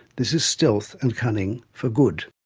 this is stealth and cunning for good.